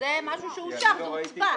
זה משהו שאושר והוצבע.